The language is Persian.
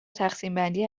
تقسیمبندی